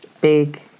big